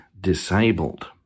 disabled